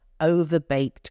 overbaked